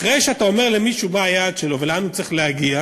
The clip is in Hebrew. אחרי שאתה אומר למישהו מה היעד שלו ולאן הוא צריך להגיע,